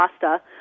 pasta